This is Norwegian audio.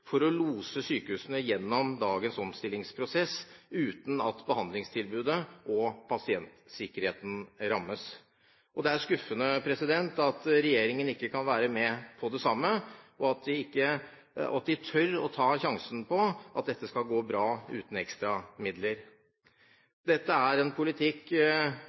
for å lose dem gjennom dagens omstillingsprosess uten at behandlingstilbudet og pasientsikkerheten rammes. Det er skuffende at regjeringen ikke kan være med på det samme, og at de tør å ta sjansen på at dette skal gå bra uten ekstra midler. Dette er en politikk